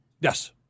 Yes